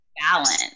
Balance